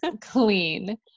clean